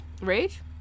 rage